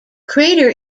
crater